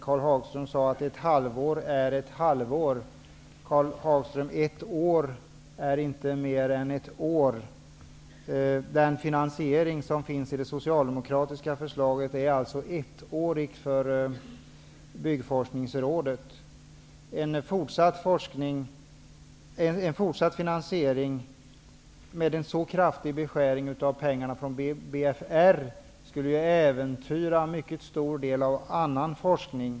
Karl Hagström säger att ett halvår är ett halvår, men, Karl Hagström, ett år är inte mer än ett år. Den finansiering som finns i det socialdemokratiska förslaget är ettårig för Byggforskningsrådet. En fortsatt finansiering med en så kraftig beskärning av pengarna från BFR skulle äventyra en mycket stor del av annan forskning.